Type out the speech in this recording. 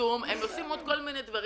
הם באים בזום, עושים עוד כל מיני דברים.